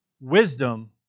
wisdom